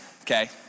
okay